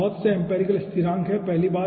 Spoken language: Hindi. यहां बहुत से एम्पिरिकल स्थिरांक आवश्यक हैं